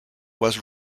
was